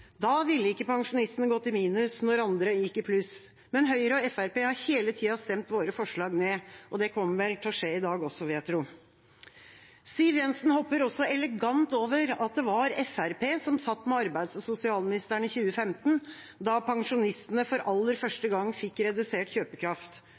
Da ville ikke pensjonistene gått i minus når andre gikk i pluss. Men Høyre og Fremskrittspartiet har hele tida stemt våre forslag ned. Det kommer vel til å skje i dag også, vil jeg tro. Siv Jensen hopper også elegant over at det var Fremskrittspartiet som satt med arbeids- og sosialministeren i 2015, da pensjonistene for aller